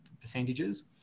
percentages